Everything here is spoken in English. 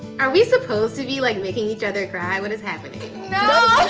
are we supposed to be like making each other cry? what is happening? no!